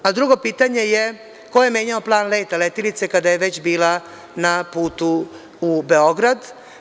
A drugo pitanje je – ko je menjao plan leta letilice kada je već bila na putu u Beograd?